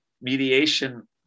mediation